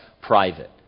private